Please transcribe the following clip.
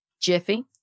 Jiffy